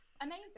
amazing